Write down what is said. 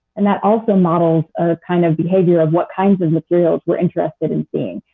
and that also models a kind of behavior of what kinds of materials we are interested in seeing.